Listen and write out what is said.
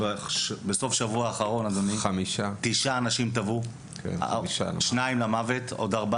בסוף השבוע האחרון תשעה אנשים טבעו מהם שניים למוות,